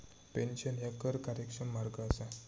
pension ह्या कर कार्यक्षम मार्ग असा